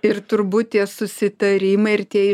ir turbūt tie susitarimai ir tie